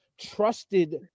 trusted